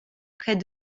près